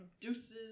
Deuces